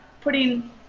putting